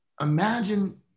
imagine